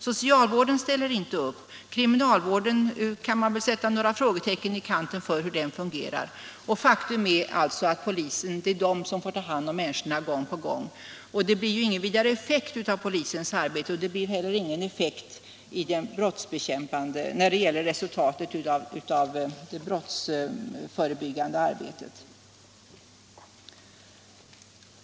Socialvården ställer inte upp, och man kan väl sätta några frågetecken i kanten när det gäller hur kriminalvården fungerar. Faktum är alltså att polisen tvingas ta hand om samma personer gång på gång, och det blir ingen vidare effekt av dess arbete och inte heller av det brottsförebyggande arbetet.